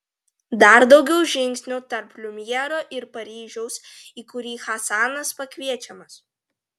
dar daugiau žingsnių tarp liumjero ir paryžiaus į kurį hasanas pakviečiamas